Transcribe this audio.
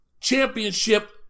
championship